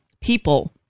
people